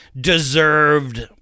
deserved